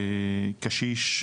קשיש,